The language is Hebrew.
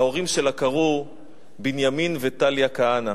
להורים שלה קראו בנימין וטליה כהנא.